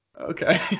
Okay